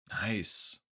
Nice